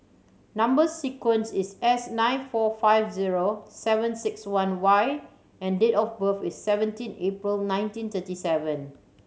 number sequence is S nine four five zero seven six one Y and date of birth is seventeen April nineteen thirty seven